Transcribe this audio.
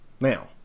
Now